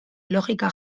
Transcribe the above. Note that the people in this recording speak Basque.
logika